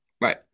Right